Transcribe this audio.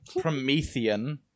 promethean